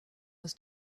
was